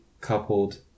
coupled